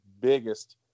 biggest